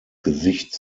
gesicht